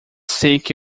seek